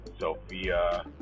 Sophia